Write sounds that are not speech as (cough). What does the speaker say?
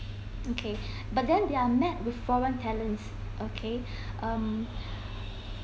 okay (breath) but then they are met with foreign talents okay (breath) um (breath)